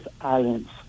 Islands